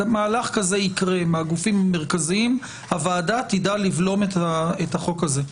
אם מהלך כזה יקרה מהגופים המרכזיים הוועדה תדע לבלום את החוק הזה.